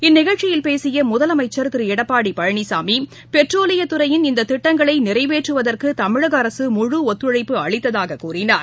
இந்நிகழ்ச்சியில் பேசியமுதலமைச்சர் திருஎடப்பாடிபழனிசாமி பெட்ரோலியதுறையின் இந்ததிட்டங்களைநிறைவேற்றுவதற்குதமிழகஅரசு முழு ஒத்துழைப்பு அளித்ததாககூறினார்